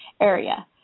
area